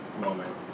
moment